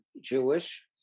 jewish